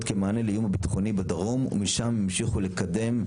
כמענה לאיום הביטחוני בדרום ומשם המשיכו לקדם,